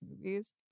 movies